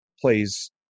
plays